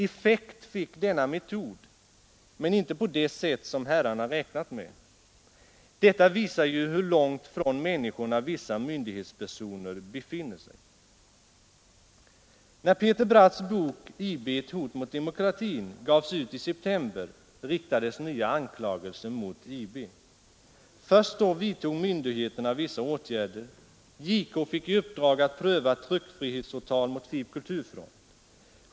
Effekt fick denna metod men inte på det sätt som herrarna räknat med. Detta visar ju hur långt från människorna vissa myndighetspersoner befinner sig. När Peter Bratts bok ”IB ett hot mot demokratin” gavs ut i september riktades nya anklagelser mot IB. Först då vidtog myndigheterna vissa åtgärder. JK fick i uppdrag att pröva tryckfrihetsåtal mot FiB/Kulturfront.